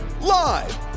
Live